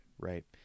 right